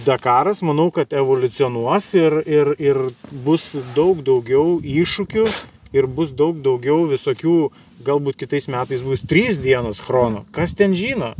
dakaras manau kad evoliucionuos ir ir ir bus daug daugiau iššūkių ir bus daug daugiau visokių galbūt kitais metais bus trys dienos chrono kas ten žino